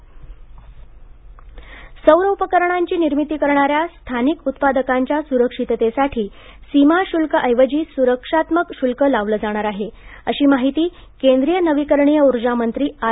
R K Singh सौर उपकरणाची निर्मिती करणाऱ्या स्थानिक उत्पादनांना सुरक्षिततेसाठी सीमा शुल्काऐवजी सुरक्षात्मक शुल्क लावलं जाणार आहे अशी माहिती केंद्रीय नवीकरणीय उर्जा मंत्री आर